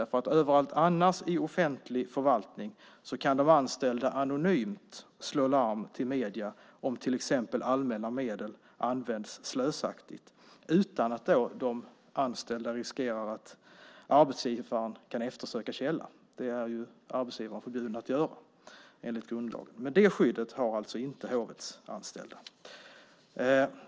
På alla andra ställen i offentlig förvaltning kan de anställda anonymt, utan att de riskerar att arbetsgivaren kan eftersöka källan, vilket arbetsgivaren enligt grundlagen är förbjuden att göra, slå larm till medierna om till exempel allmänna medel används slösaktigt. Men detta skydd har inte hovets anställda.